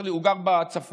והוא גר בצפון,